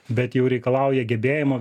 bet jau reikalauja gebėjimo